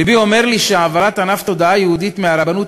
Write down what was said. לבי אומר לי שהעברת ענף תודעה יהודית מהרבנות